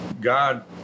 God